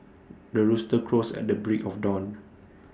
the rooster crows at the break of dawn